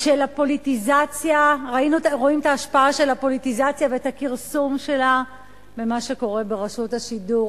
ההשפעה של הפוליטיזציה ואת הכרסום שלה במה שקורה ברשות השידור?